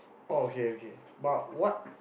oh okay okay but what